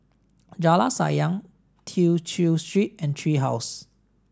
Jalan Sayang Tew Chew Street and Tree House